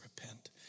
repent